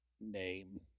name